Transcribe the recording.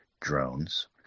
drones